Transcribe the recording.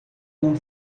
não